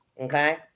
Okay